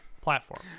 platform